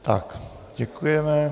Tak, děkujeme.